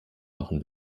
machen